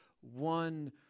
one